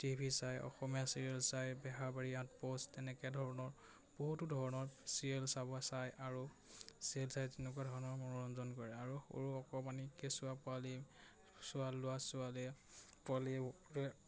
TV চাই Asomiya serial চাই Beharbari outpost তেনেকে ধৰণৰ বহুতো ধৰণৰ চিৰিয়েল চায় আৰু চিৰিয়েল চাই তেনেকুৱা ধৰণৰ মনোৰঞ্জন কৰে আৰু সৰু অকমানি কেঁচুৱা পোৱালি চোৱা লোৱা ছোৱালীয়ে পোৱালিয়েও